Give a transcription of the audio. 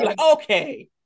okay